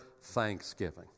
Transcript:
Thanksgiving